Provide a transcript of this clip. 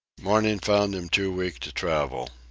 morning found him too weak to travel.